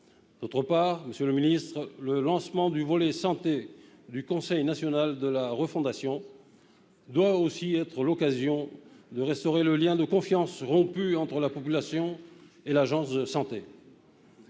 ailleurs, monsieur le ministre, le lancement du volet santé du Conseil national de la refondation (CNR-santé) doit aussi être l'occasion de restaurer le lien de confiance rompu entre la population et l'Agence de santé.